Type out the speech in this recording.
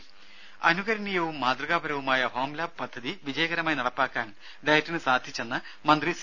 രുഭ അനുകരണീയവും മാതൃകാപരവുമായ ഹോം ലാബ് പദ്ധതി വിജയകരമായി നടപ്പിലാക്കാൻ ഡയറ്റിന് സാധിച്ചെന്ന് മന്ത്രി സി